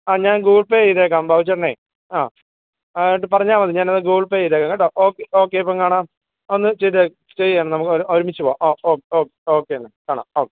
ആ ഞാൻ Google pay ചെയ്തേക്കാം ബാബു ചേട്ടനെ ആ ആ എന്നിട്ട് പറഞ്ഞാൽ മതി ഞാനത് ഗൂഗിൾ പേ ചെയ്തേക്കാം കേട്ടോ ഓക്കെ ഓക്കെ അപ്പം കാണാം ഒന്ന് ചെയ്തേ ചെയ്യാം നമുക്ക് ഒരുമിച്ച് പോകാം ഓക്കെ എന്നാൽ കാണാം